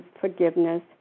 forgiveness